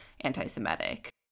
anti-Semitic